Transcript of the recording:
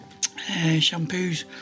shampoos